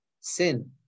sin